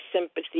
sympathy